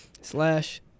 slash